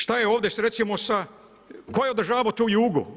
Što je ovdje recimo sa, tko je održavao tu Jugu?